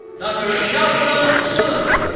dr. xiaojun sun.